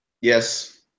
Yes